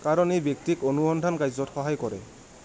কাৰণ এই ব্যক্তিক অনুসন্ধান কাৰ্যত সহায় কৰে